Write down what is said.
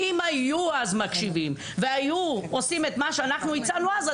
כי אם היו אז מקשיבים והיו עושים את מה שאנחנו הצענו אז,